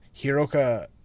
Hiroka